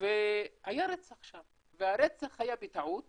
והיה רצח שם והרצח היה בטעות